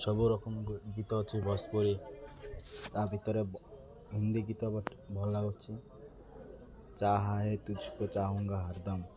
ସବୁ ରକମ ଗୀତ ଅଛି ଭୋଜପୁରୀ ତା' ଭିତରେ ହିନ୍ଦୀ ଗୀତ ଭଲ ଲାଗୁଛି ଚାହା ହେ ତୁଝକୋ ଚାହୁଁଙ୍ଗା ହରଦମ୍